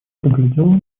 поглядела